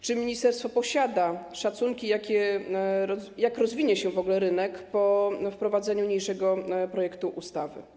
Czy ministerstwo posiada szacunki, jak rozwinie się w ogóle rynek po wprowadzeniu niniejszego projektu ustawy?